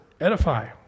edify